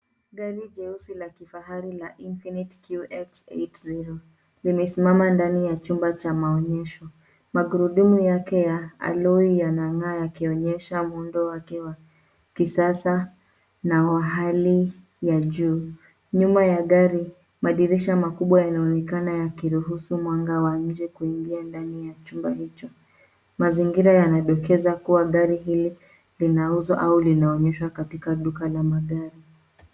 Gari jeusi la kifahari la Infiniti QX80 limesimama ndani ya chumba cha maonyesho. Magurudumu yake ya Alloy yanang'aa yakionyesha muundo wake wa kisasa na wa hali ya juu. Nyuma ya gari, madirisha makubwa yanaonekana yakiruhusu mwanga wa nje kuingia ndani ya chumba hicho. Mazingira yanadokeza kuwa gari hili linauzwa au linaonyeshwa katika duka la magari.